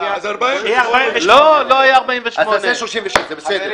אז 48. לא, לא יהיה 48. אז תעשה 36, זה בסדר.